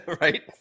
Right